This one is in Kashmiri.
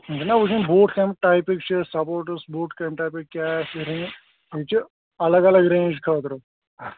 مےٚ چھِنا وُچھِنۍ بوٗٹ کَمہِ ٹایٚپٕکۍ چھِ سَپورٹٕس بوٗٹ کَمہِ ٹایپہٕ کیٛاہ آسہِ یہِ چھُ اَلگ اَلگ ریٚنج خٲطرٕ